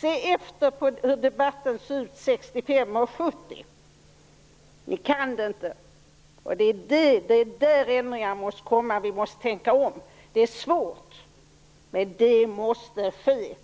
Se efter hur debatten såg ut 1965 och 1970. Ni kan den inte. Vi måste tänka om. Det är svårt, men det måste ske.